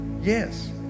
yes